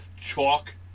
chalk